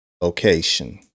location